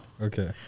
Okay